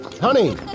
Honey